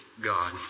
God